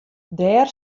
dêr